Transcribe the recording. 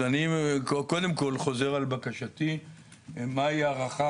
אז אני קודם כול חוזר על בקשתי מה ההערכה